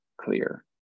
clear